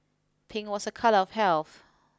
pink was a colour of health